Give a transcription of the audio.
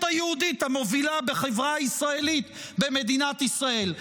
היהודית המובילה בחברה הישראלית במדינת ישראל.